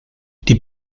die